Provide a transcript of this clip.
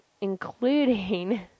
including